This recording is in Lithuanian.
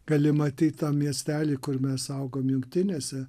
gali matyt tam miestely kur mes augom jungtinėse